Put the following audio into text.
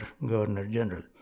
Governor-General